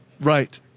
Right